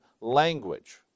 language